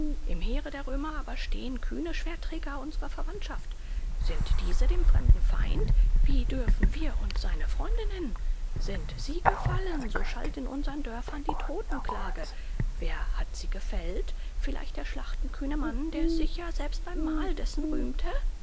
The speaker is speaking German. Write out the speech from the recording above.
im heere der römer aber stehen kühne schwertträger unserer verwandtschaft sind diese dem fremden feind wie dürfen wir uns seine freunde nennen sind sie gefallen so schallt in unseren dörfern die totenklage wer hat sie gefällt vielleicht der schlachtenkühne mann der sich ja selbst beim mahl dessen rühmte